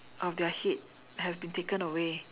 of their head has been taken away